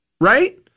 right